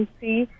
see